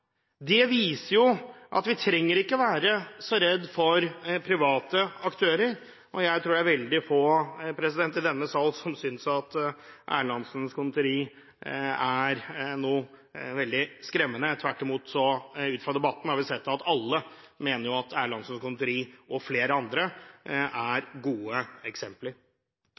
viser at vi ikke trenger å være så redde for private aktører. Jeg tror det er veldig få i denne sal som synes at Erlandsens Conditori er veldig skremmende. Tvert imot har vi sett ut fra debatten at alle mener at Erlandsens Conditori og flere andre er gode eksempler.